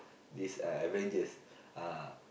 this uh avengers ah